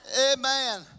Amen